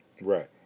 Right